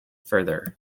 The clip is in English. further